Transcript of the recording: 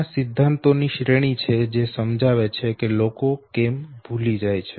ત્યાં સિદ્ધાંતોની શ્રેણી છે જે સમજાવે છે કે લોકો કેમ ભૂલી જાય છે